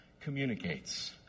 communicates